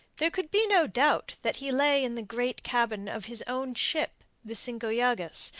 there could be no doubt that he lay in the great cabin of his own ship, the cinco llagas,